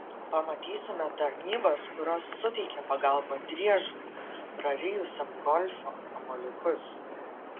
pamatysime tarnybas kurios suteikia pagalbą driežui prarijusiam golfo kamuoliukus